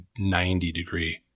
90-degree